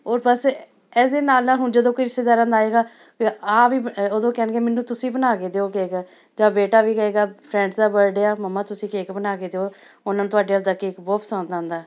ਔਰ ਬਸ ਇਹਦੇ ਨਾਲ ਨਾਲ ਹੁਣ ਜਦੋਂ ਕੋਈ ਰਿਸ਼ਤੇਦਾਰਾਂ ਦਾ ਆਏਗਾ ਆਹ ਵੀ ਉਦੋਂ ਕਹਿਣਗੇ ਮੈਨੂੰ ਤੁਸੀਂ ਬਣਾ ਕੇ ਦਿਓ ਕੇਕ ਜਾਂ ਬੇਟਾ ਵੀ ਕਹੇਗਾ ਫਰੈਂਡਸ ਦਾ ਬਰਡੇ ਆ ਮੰਮਾ ਤੁਸੀਂ ਕੇਕ ਬਣਾ ਕੇ ਦਿਓ ਉਹਨਾਂ ਨੂੰ ਤੁਹਾਡੇ ਹੱਥ ਦਾ ਕੇਕ ਬਹੁਤ ਪਸੰਦ ਆਉਂਦਾ